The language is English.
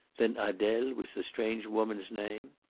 then adele was the strange woman's name?